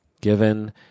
given